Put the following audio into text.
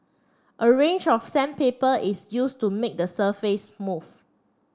a range of sandpaper is used to made the surface smooth